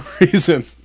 reason